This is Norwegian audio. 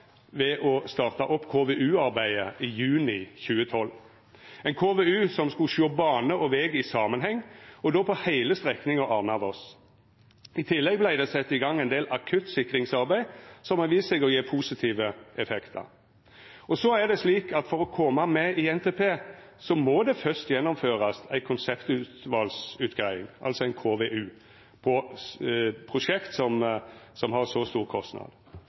ved å starta opp KVU-arbeidet i juni 2012 – ein KVU som skulle sjå bane og veg i samanheng, og då på heile strekninga Arna–Voss. I tillegg vart det sett i gang ein del akutt sikringsarbeid, som har vist seg å gje positive effektar. Så er det slik at for å koma med i NTP må det først gjennomførast ei konseptvalsutgreiing, altså ein KVU, på prosjekt som har ein så stor kostnad.